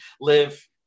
live